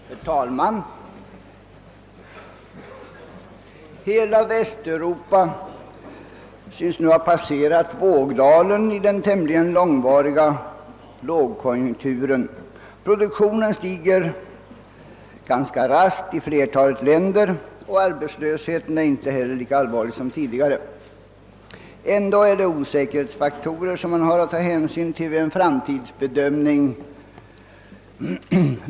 Herr talman! Hela Västeuropa synes nu ha passerat vågdalen i den tämligen långvariga lågkonjunkturen. Produktionen stiger ganska raskt i flertalet länder, och arbetslösheten är inte längre lika allvarlig som tidigare. Men det finns ändå osäkerhetsfaktorer som man bör ta hänsyn till vid en framtidsbedömning.